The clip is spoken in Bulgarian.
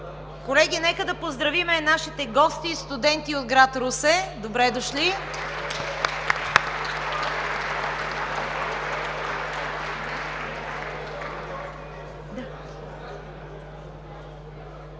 Колеги, нека да поздравим нашите гости – студенти от град Русе! Добре дошли!